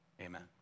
amen